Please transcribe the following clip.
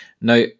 Now